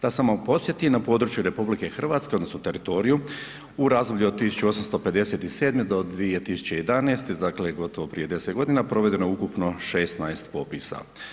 Da samo podsjetim, na području RH odnosno teritoriju u razdoblju od 1857. do 2011. dakle gotovo prije 10 godina provedeno je ukupno 16 popisa.